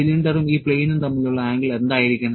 സിലിണ്ടറും ഈ പ്ലെയിനും തമ്മിലുള്ള ആംഗിൾ എന്തായിരിക്കണം